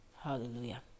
hallelujah